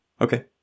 Okay